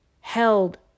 held